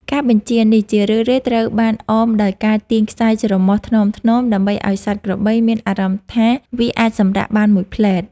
ការបញ្ជានេះជារឿយៗត្រូវបានអមដោយការទាញខ្សែច្រមុះថ្នមៗ ដើម្បីឱ្យសត្វក្របីមានអារម្មណ៍ថាវាអាចសម្រាកបានមួយភ្លេត។